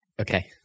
Okay